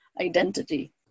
identity